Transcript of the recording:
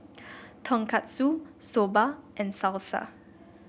Tonkatsu Soba and Salsa